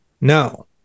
No